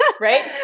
Right